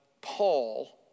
Paul